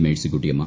Mercykuttyamma